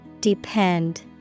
Depend